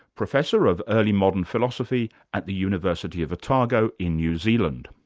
professor of early modern philosophy at the university of otago, in new zealand.